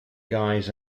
guys